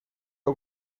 ook